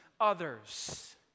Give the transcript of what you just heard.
others